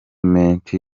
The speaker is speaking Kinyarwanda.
menshi